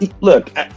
Look